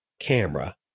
camera